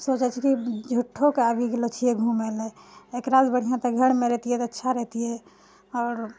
सोचए छिऐ झुट्ठोके आबि गेलो छिऐ घुमए लऽ एकरासँ बढ़िआँ तऽ घरमे रहतिऐ तऽ अच्छा रहतिऐ आओर